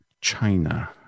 china